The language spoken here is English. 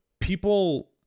people